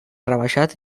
rebaixat